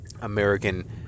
American